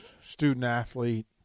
student-athlete